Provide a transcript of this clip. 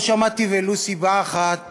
לא שמעתי ולו סיבה אחת